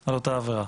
על אותה עבירה.